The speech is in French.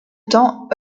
temps